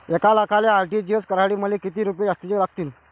एक लाखाचे आर.टी.जी.एस करासाठी मले कितीक रुपये जास्तीचे लागतीनं?